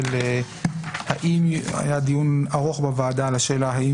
היה דיון ארוך בוועדה על השאלה האם